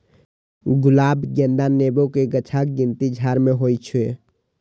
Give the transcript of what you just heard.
गुलाब, गेंदा, नेबो के गाछक गिनती झाड़ मे होइ छै